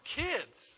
kids